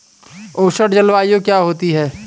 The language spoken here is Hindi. उष्ण जलवायु क्या होती है?